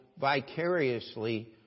vicariously